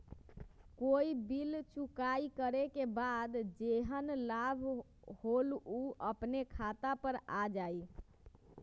कोई बिल चुकाई करे के बाद जेहन लाभ होल उ अपने खाता पर आ जाई?